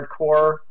hardcore